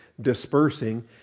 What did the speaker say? dispersing